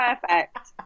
perfect